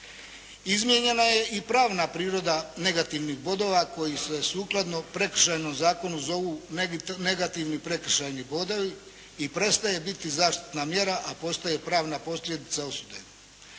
Izmijenjena je i pravna priroda negativnih bodova koji se sukladno Prekršajnom zakonu zovu negativni prekršajni bodovi i prestaje biti zaštitna mjera, a postaje pravna posljedica osude.